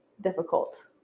difficult